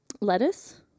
lettuce